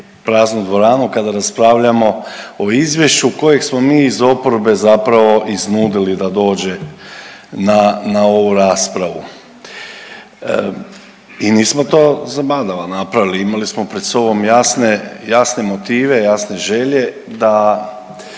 praznu dvoranu kada raspravljamo o izvješću kojeg smo mi iz oporbe zapravo iznudili da dođe na ovu raspravu. I nismo to zabadava napravili. Imali smo pred sobom jasne motive, jasne želje da